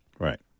Right